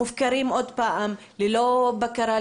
מופקרים שוב ללא בקרה,